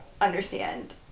understand